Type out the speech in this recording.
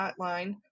hotline